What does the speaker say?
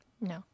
No